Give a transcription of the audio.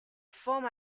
former